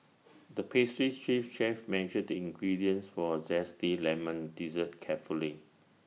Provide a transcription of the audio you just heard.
the pastry chief chef measured the ingredients for A Zesty Lemon Dessert carefully